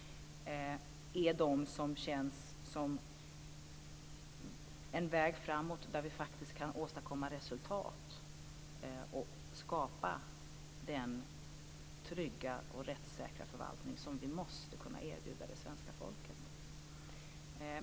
Det känns som en väg framåt där vi faktiskt kan åstadkomma resultat och skapa den trygga och rättssäkra förvaltning som vi måste kunna erbjuda det svenska folket.